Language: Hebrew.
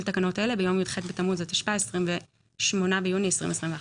תקנות אלה ביום י"ח בתמוז התשפ"א (28 ביוני 2021)."